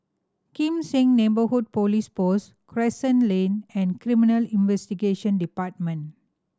Kim Seng Neighbourhood Police Post Crescent Lane and Criminal Investigation Department